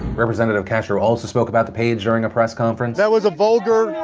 representative castro also spoke about the page during a press conference. that was a vulgar,